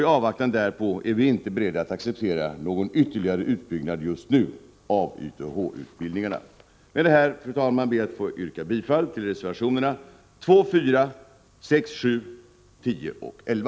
I avvaktan därpå är vi inte beredda att just nu acceptera någon ytterligare utbyggnad av YTH-utbildningarna. Fru talman! Jag yrkar bifall till reservationerna 2, 4, 6, 7, 10 och 11.